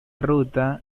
ruta